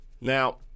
Now